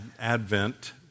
Advent